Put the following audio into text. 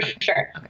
sure